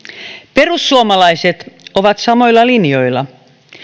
perussuomalaiset ovat samoilla linjoilla